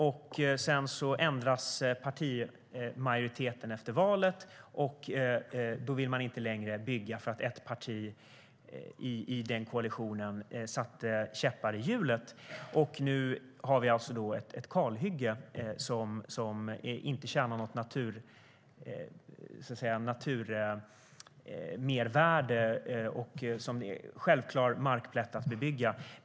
Efter valet ändrades partimajoriteten, och då kunde man inte längre bygga eftersom ett parti i koalitionen satte käppar i hjulet. Nu har vi ett kalhygge utan något naturmervärde som är en självklar markplätt att bebygga.